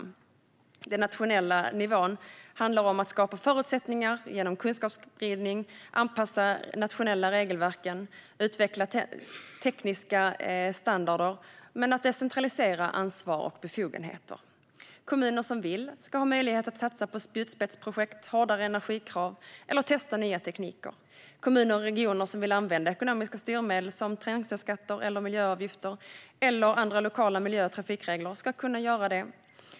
På den nationella nivån handlar det om att skapa förutsättningar genom kunskapsspridning, anpassa nationella regelverk och utveckla tekniska standarder men decentralisera ansvar och befogenheter. Kommuner som vill ska ha möjlighet att satsa på spjutspetsprojekt och hårdare energikrav eller att testa nya tekniker. Kommuner och regioner som vill använda ekonomiska styrmedel som trängselskatter, miljöavgifter eller andra lokala miljö eller trafikregler ska kunna göra det.